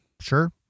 Sure